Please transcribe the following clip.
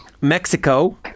Mexico